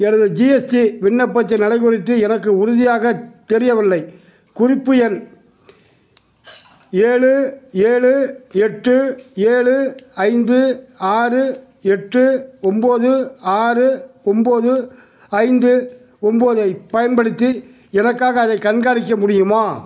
எனது ஜிஎஸ்டி விண்ணப்பத்தின் நிலை குறித்து எனக்கு உறுதியாக தெரியவில்லை குறிப்பு எண் ஏழு ஏழு எட்டு ஏழு ஐந்து ஆறு எட்டு ஒம்பது ஆறு ஒம்பது ஐந்து ஒம்பதைப் பயன்படுத்தி எனக்காக அதைக் கண்காணிக்க முடியுமா